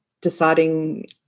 deciding